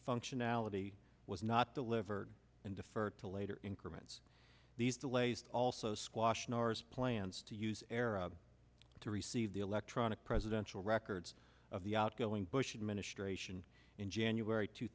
functionality was not delivered and deferred to later increment these delays also squash nors plans to use arab to receive the electronic presidential records of the outgoing bush administration in january two